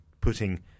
putting